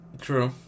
True